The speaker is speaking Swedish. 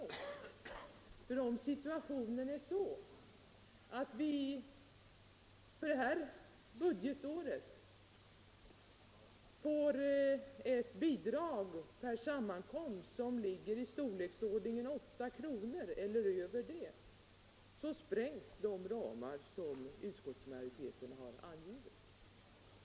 Om nämligen situationen är den att vi för detta budgetår får ett bidrag per sammankomst av storleksordningen 8 kr. eller däröver, så sprängs de ramar som utskottsmajoriteten har angivit.